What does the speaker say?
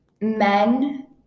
men